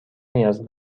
نیاز